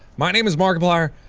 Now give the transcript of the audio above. my name is markiplier,